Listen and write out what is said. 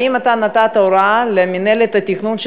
האם אתה נתת הוראה למינהלת התכנון,